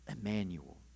Emmanuel